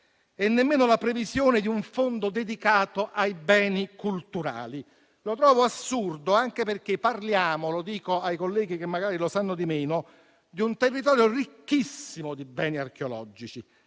e nemmeno la previsione di un fondo dedicato ai beni culturali. Lo trovo assurdo, anche perché parliamo - lo dico ai colleghi che magari lo sanno di meno - di un territorio ricchissimo di beni archeologici,